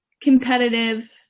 competitive